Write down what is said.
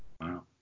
Wow